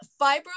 Fibro